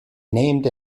named